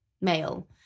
male